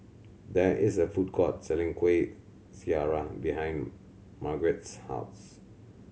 there is a food court selling Kuih Syara behind Margurite's house